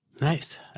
Nice